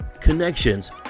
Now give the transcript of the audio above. connections